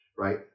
Right